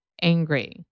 angry